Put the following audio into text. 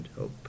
hope